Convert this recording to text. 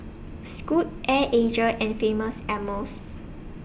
Scoot Air and Famous Amos